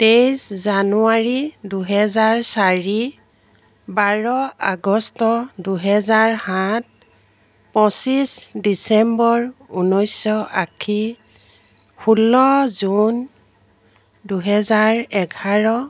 তেইছ জানুৱাৰী দুহেজাৰ চাৰি বাৰ আগষ্ট দুহেজাৰ সাত পঁচিছ ডিচেম্বৰ ঊনৈছশ আশী ষোল্ল জুন দুহেজাৰ এঘাৰ